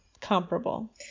comparable